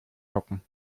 hocken